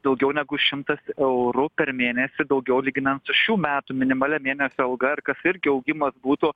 daugiau negu šimtas eurų per mėnesį daugiau lyginant su šių metų minimalia mėnesio alga ir kas irgi augimas būtų